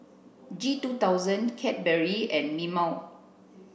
G two thousand Cadbury and Mimeo